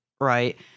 right